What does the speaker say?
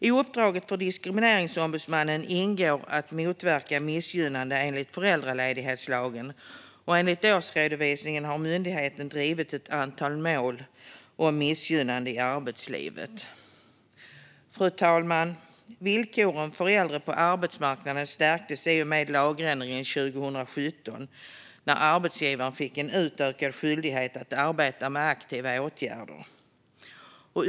I uppdraget för Diskrimineringsombudsmannen ingår att motverka missgynnande enligt föräldraledighetslagen, och enligt årsredovisningen har myndigheten drivit ett antal mål om missgynnande i arbetslivet. Fru talman! Villkoren för äldre på arbetsmarknaden stärktes i och med lagändringen 2017 när arbetsgivaren fick utökad skyldighet att arbeta med aktiva åtgärder.